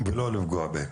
ולא לפגוע בהם.